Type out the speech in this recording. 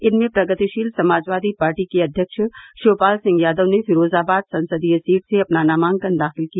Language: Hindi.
इनमें प्रगतिशील समाजवादी पार्टी के अध्यक्ष शिवपाल सिंह यादव ने फिरोजाबाद संसदीय सीट से अपना नामांकन दाखिल किया